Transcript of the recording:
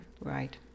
Right